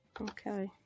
Okay